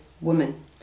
woman